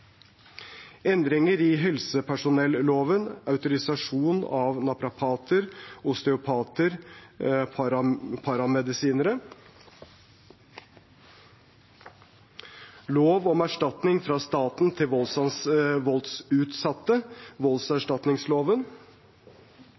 Lov om erstatning fra staten til voldsutsatte